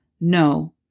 No